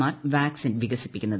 R vaccine വികസിപ്പിക്കുന്നത്